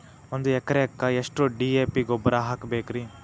ಒಂದು ಎಕರೆಕ್ಕ ಎಷ್ಟ ಡಿ.ಎ.ಪಿ ಗೊಬ್ಬರ ಹಾಕಬೇಕ್ರಿ?